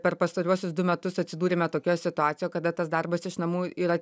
per pastaruosius du metus atsidūrėme tokio situacijo kada tas darbas iš namų yra